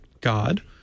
God